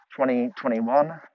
2021